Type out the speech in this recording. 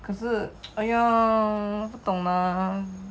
可是哎呀不懂 lah